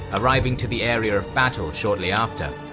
arriving to the area of battle shortly after.